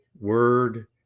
word